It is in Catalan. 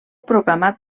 proclamat